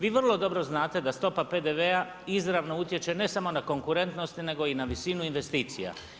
Vi vrlo dobro znate da stopa PDV-a izravno utječe ne samo na konkurentnost, nego i na visinu investicija.